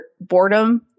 boredom